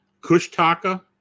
Kushtaka